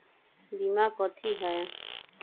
बीमा कथी है?